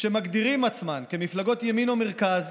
שמגדירות את עצמן כמפלגות ימין או מרכז,